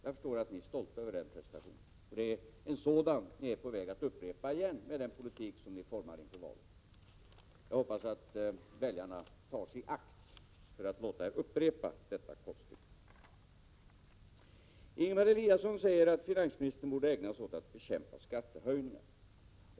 Jag förstår att ni är stolta över den prestationen, för det är en sådan prestation ni är på väg att upprepa med den politik ni formar inför valet. Jag hoppas att väljarna tar sig i akt för att låta er upprepa detta konststycke. Ingemar Eliasson säger att finansministern borde ägna sig åt att bekämpa skattehöjningar.